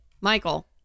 Michael